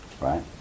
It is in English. right